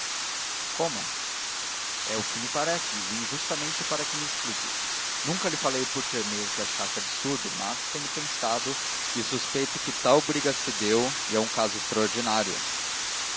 como é o que me parece e vim justamente para que me explique nunca lhe falei por temer que achasse absurdo mas tenho pensado e suspeito que tal briga se deu e que é um caso extraordinário